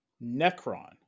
necron